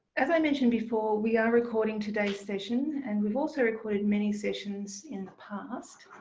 as i mentioned before we are recording today's session and we've also recorded many sessions in the past.